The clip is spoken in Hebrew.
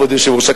כבוד היושב-ראש,